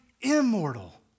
immortal